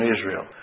Israel